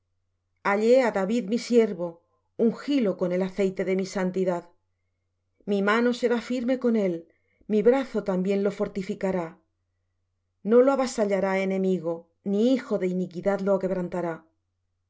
hallé á david mi siervo ungílo con el aceite de mi santidad mi mano será firme con él mi brazo también lo fortificará no lo avasallará enemigo ni hijo de iniquidad lo quebrantará